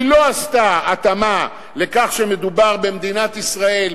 היא לא עשתה התאמה לכך שמדובר במדינת ישראל,